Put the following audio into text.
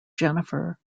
jennifer